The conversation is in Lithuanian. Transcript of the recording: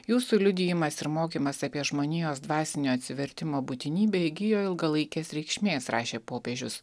jūsų liudijimas ir mokymas apie žmonijos dvasinio atsivertimo būtinybę įgijo ilgalaikės reikšmės rašė popiežius